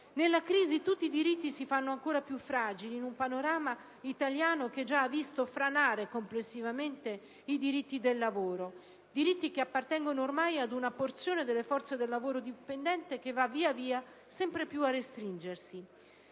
Nella crisi tutti i diritti si fanno ancora più fragili, in un panorama italiano che ha già visto franare complessivamente i diritti del lavoro. Diritti che appartengono ormai ad una porzione delle forze del lavoro dipendente che va via via sempre più a restringersi.